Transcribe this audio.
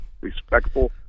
respectful